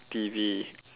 T_V